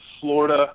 Florida